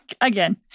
again